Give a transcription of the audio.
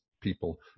people